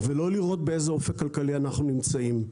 ולא לראות באיזה אופק כלכלי אנחנו נמצאים.